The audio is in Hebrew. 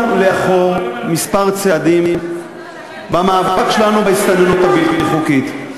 לאחור כמה צעדים במאבק שלנו בהסתננות הבלתי-חוקית.